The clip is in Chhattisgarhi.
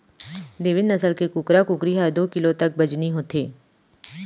देवेन्द नसल के कुकरा कुकरी ह दू किलो तक के बजनी होथे